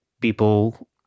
people